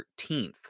13th